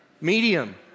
Medium